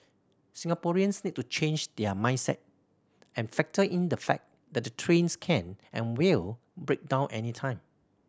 Singaporeans need to change their mindset and factor in the fact that the trains can and will break down anytime